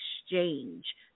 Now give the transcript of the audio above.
Exchange